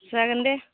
जागोन दे